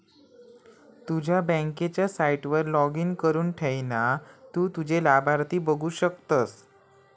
तुझ्या बँकेच्या साईटवर लाॅगिन करुन थयना तु तुझे लाभार्थी बघु शकतस